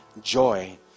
joy